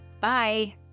Bye